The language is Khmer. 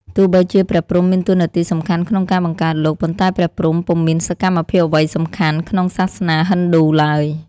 ទោះបីជា ព្រះព្រហ្មមានតួនាទីសំខាន់ក្នុងការបង្កើតលោក ប៉ុន្តែព្រះព្រហ្មពុំមានសកម្មភាពអ្វីសំខាន់ ក្នុងសាសនាហិណ្ឌូឡើយ។